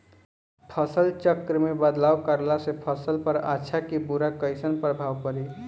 फसल चक्र मे बदलाव करला से फसल पर अच्छा की बुरा कैसन प्रभाव पड़ी?